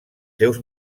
seus